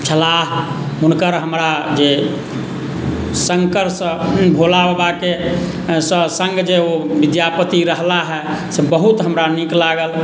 छलाह हुनकर हमरा जे शङ्करसँ भोला बाबाके सँ सङ्ग जे ओ विद्यापति रहला हे से बहुत हमरा नीक लागल